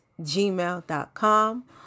gmail.com